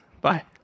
Bye